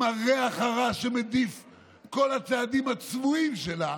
עם הריח הרע שמדיפים כל הצעדים הצבועים שלה,